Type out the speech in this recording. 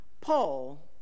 Paul